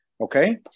okay